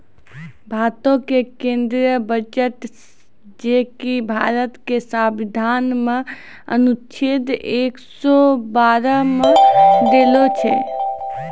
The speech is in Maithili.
भारतो के केंद्रीय बजट जे कि भारत के संविधान मे अनुच्छेद एक सौ बारह मे देलो छै